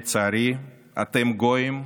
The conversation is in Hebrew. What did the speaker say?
לצערי: אתם גויים,